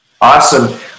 awesome